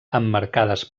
emmarcades